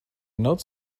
not